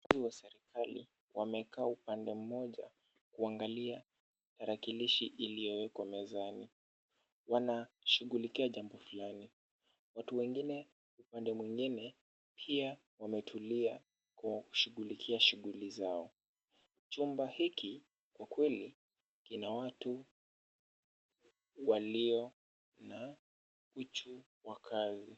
Wafanyikazi wa serikali wamekaa upande mmoja kuangalia tarakilishi iliyowekwa mezani. Wanashughulikia jambo fulani. Watu wengine upande mwingine pia wametulia kwa kushughulikia shughuli zao. Chumba hiki kwa kweli kina watu walio na uchu wa kazi.